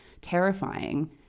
terrifying